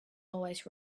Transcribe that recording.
always